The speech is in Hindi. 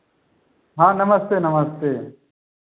हाँ नमस्ते नमस्ते